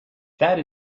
that